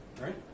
right